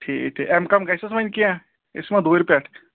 ٹھیٖک ٹھیٖک اَمہِ کَم گژھِ حظ وَںہِ کینٛہہ أسۍ یِمو دوٗرِ پٮ۪ٹھ